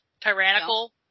Tyrannical